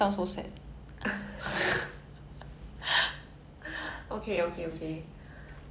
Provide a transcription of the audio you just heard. I've been asking you 我一直我一直问你很多问题你可以给我一些问题吗